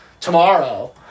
tomorrow